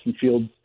Fields